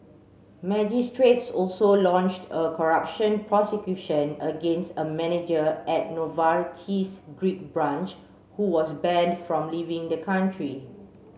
magistrates also launched a corruption prosecution against a manager at Novartis's Greek branch who was banned from leaving the country